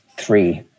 three